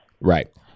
Right